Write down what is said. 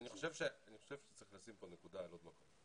אני חושב שצריך לשים פה נקודה על עוד מקום.